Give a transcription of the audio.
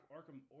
Arkham